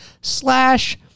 slash